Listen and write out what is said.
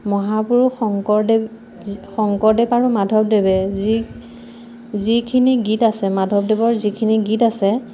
মহাপুৰুষ শংকৰদেৱ শংকৰদেৱ আৰু মাধৱদেৱে যি যিখিনি গীত আছে মাধৱদেৱৰ যিখিনি গীত আছে